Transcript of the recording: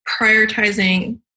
prioritizing